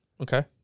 okay